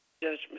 judgment